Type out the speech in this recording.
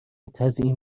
تزیین